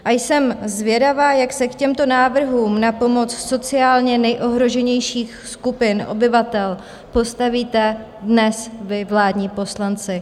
A jsem zvědava, jak se k těmto návrhům na pomoc sociálně nejohroženějším skupinám obyvatel postavíte dnes vy, vládní poslanci.